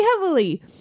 heavily